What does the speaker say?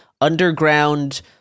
underground